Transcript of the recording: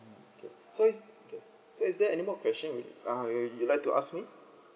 okay so is okay so is there any more questions uh you like to ask me